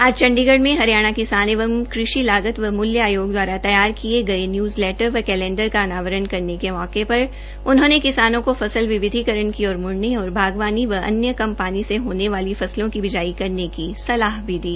आज चंडीगढ़ में हरियाणा किसान एवं कृषि लागत व मूल्य आयोग दवारा तैयार किये गये न्यूज़ लेटर व कैलेंडर का अनावरण करने के मौके पर उन्होंने किसानों को फसल विविधीकरण की ओर मुड़ने और बागवानी व अन्य कम पानी से होने वाली फसलों की बिजाई करने की सलाह भी दी